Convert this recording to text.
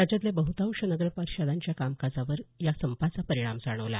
राज्यातल्या बहतांशी नगरपरिषदांच्या कामकाजावर या संपाचा परिणाम जाणवला